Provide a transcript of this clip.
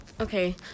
Okay